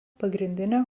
pagrindinė